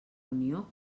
unió